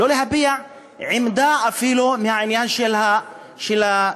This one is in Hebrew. לא להביע עמדה אפילו בעניין של הגיוס.